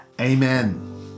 Amen